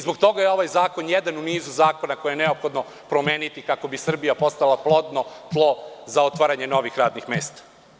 Zbog toga je ovaj zakon jedan u nizu zakona koje je neophodno promeniti kako bi Srbija postala plodno tlo za otvaranje novih radnih mesta.